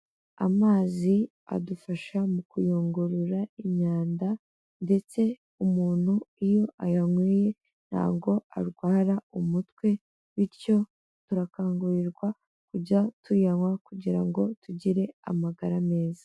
Amazi adufasha mu kuyungurura imyanda ndetse umuntu iyo ayanyweye ntabwo arwara umutwe bityo turakangurirwa kujya tuyanywa kugira ngo tugire amagara meza.